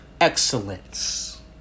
excellence